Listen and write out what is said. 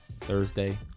Thursday